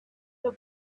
the